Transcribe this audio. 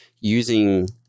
using